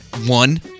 One